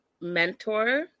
mentor